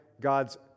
God's